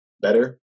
better